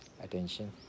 attention